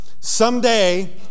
someday